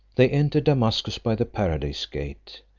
they entered damascus by the paradise-gate,